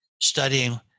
studying